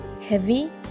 Heavy